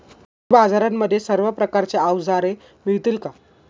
कृषी बाजारांमध्ये सर्व प्रकारची अवजारे मिळतील का?